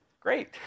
Great